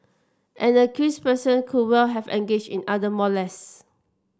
an accused person could well have engaged in other molest